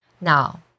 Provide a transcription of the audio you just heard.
Now